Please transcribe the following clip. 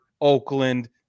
Oakland